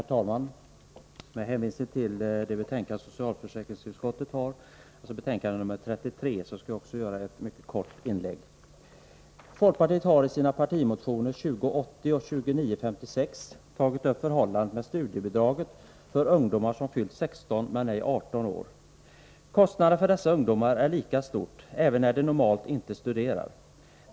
Herr talman! Med hänvisning till socialförsäkringsutskottets betänkande 33 skall jag göra ett mycket kort inlägg. Folkpartiet har i sina partimotioner 2080 och 2956 tagit upp förhållandet med studiebidraget för ungdomar som fyllt 16 men ej 18 år. Kostnaderna för dessa ungdomar är normalt lika stora oberoende av om de studerar eller inte.